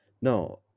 No